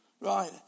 Right